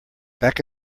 back